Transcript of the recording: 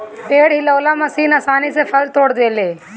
पेड़ हिलौना मशीन आसानी से फल तोड़ देले